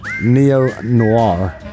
Neo-noir